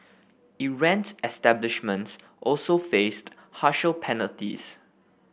errant establishments also faced harsher penalties